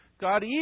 God